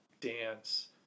dance